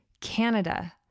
Canada